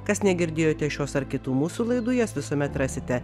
kas negirdėjote šios ar kitų mūsų laidų jas visuomet rasite